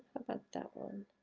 about that one.